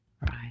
right